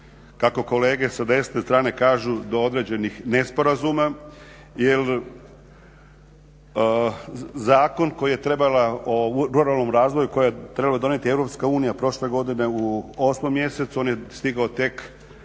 kako kolege sa desne strane kažu do određenih nesporazuma. Jer Zakon o ruralnom razvoju koji je trebala donijeti Europska unija prošle godine u 8 mjesecu on je stigao tek